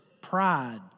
pride